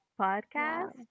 podcast